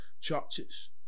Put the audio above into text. churches